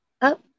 up